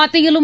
மத்தியிலும்